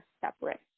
separate